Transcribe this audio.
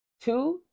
Two